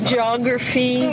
Geography